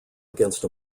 against